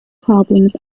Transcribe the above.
problems